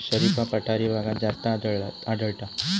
शरीफा पठारी भागात जास्त आढळता